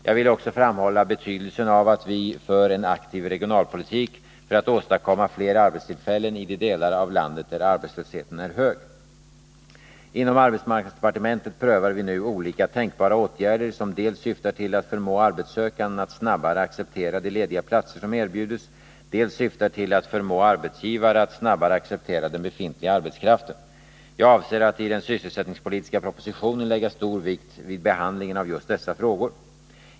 Jag vill också framhålla betydelsen av att vi för en aktiv regionalpolitik för att åstadkomma fler arbetstillfällen i de delar av landet där arbetslösheten är hög. Inom arbetsmarknadsdepartementet prövar vi nu olika tänkbara åtgärder, som dels syftar till att förmå arbetssökande att snabbare acceptera de lediga platser som erbjuds, dels syftar till att förmå arbetsgivare att snabbare acceptera den befintliga arbetskraften. Jag avser att i den sysselsättningspolitiska propositionen lägga stor vikt vid behandlingen av just dessa frågor.